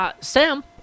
Sam